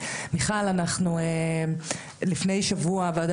אלא באמת ילדים אמיתיים בתוך מערכת